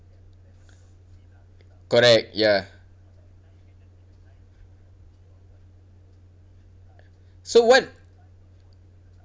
correct ya so what